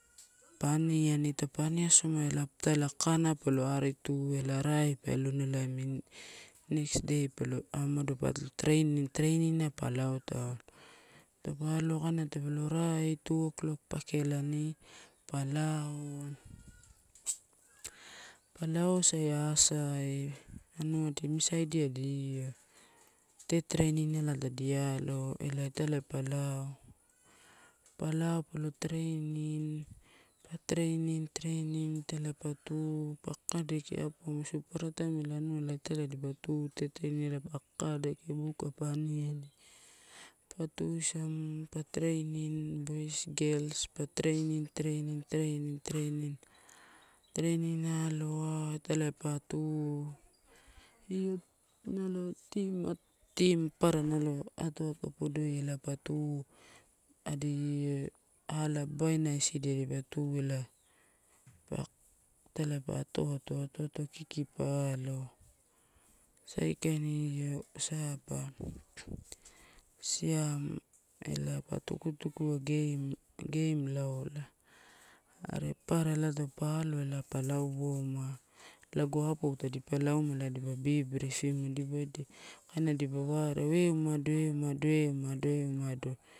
Pa aniani, taupa aniasoma la, italai kakanai palo arutuela nai pa elowainaela, amini next day palo, aumado pa training, training pa lao taulo. Taupa aloa kaina tape lo rai two oklok pakelani pa lao, pa lausai aasai io tetereinala tadi alo, ela italai pa lao, pa lao palo training, pa training, trainig italaipa u. Pa kakadeke apou isiu papara taimu ela anua italai dipa tu training alai pa kakadeke, buka pa aniani, pa tuisamu pa training boys, girls pa training, training, training, training. Training aloa, talai pa to, io nalo team, team papara nalo atoato pooi ela pa tu adi ala, babina isidia dipa tu elaee, dipaia itaiai pa ato ato, ato ato kiki pa alo saikaini io aba, siam ela pa tukutukua game, game alola, are papara ela taupa aloa ela pa lauouma, lago apou dipa auma ela dipa bi, briefim uwoedia elipa, kaina dipa wareo, eumado, eumado, eumado, eumado.